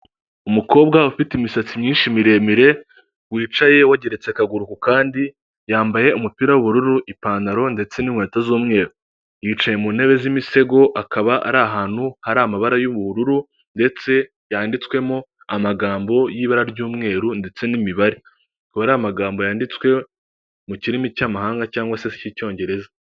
Umukobwa ufite imisatsi myinshi miremire, wicaye wogeretse akaguru ku kandi, yambaye umupira w'ubururu, ipantaro ndetse n'inkweto z'umweru, yicaye mu ntebe z'imisego akaba ari ahantu hari amabara y'ubururu, ndetse yanditswemo amagambo y'ibara ry'umweru ndetse n'imibare, akaba ari amagambo yanditswe mu kirimi cy'amahanga cyangwa se cy'icyongereza.